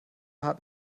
hat